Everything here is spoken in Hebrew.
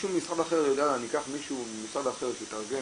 אם ניקח מישהו ממשרד אחר שיתרגם,